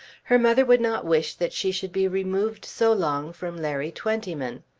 her mother would not wish that she should be removed so long from larry twentyman.